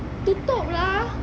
tutup lah